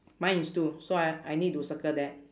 mine is two so I I need to circle that